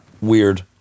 Weird